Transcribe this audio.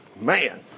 Man